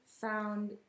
found